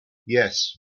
yes